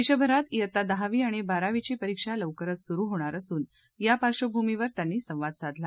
देशभरात दहावी आणि बारावी परीक्षा लवकरच सुरु होणार असून या पार्बंभूमीवर त्यांनी संवाद साधला